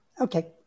Okay